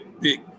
big